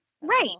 Right